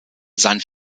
sein